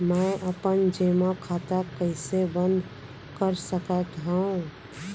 मै अपन जेमा खाता कइसे बन्द कर सकत हओं?